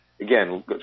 Again